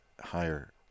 higher